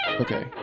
Okay